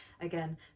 again